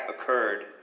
occurred